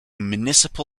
municipal